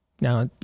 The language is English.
Now